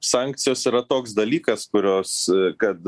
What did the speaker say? sankcijos yra toks dalykas kurios kad